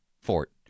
Fort